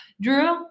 Drew